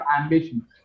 ambition